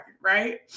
right